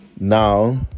now